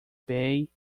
bay